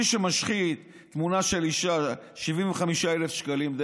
מי שמשחית תמונה של אישה, 75,000 שקלים.